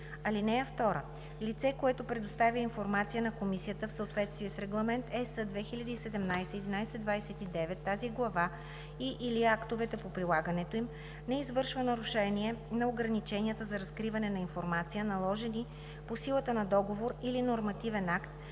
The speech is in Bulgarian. им. (2) Лице, което предоставя информация на комисията в съответствие с Регламент (ЕС) 2017/1129, тази глава и/или актовете по прилагането им, не извършва нарушение на ограниченията за разкриване на информация, наложени по силата на договор или нормативен акт,